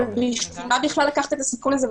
למה לקחת את הסיכון הזה?